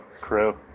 crew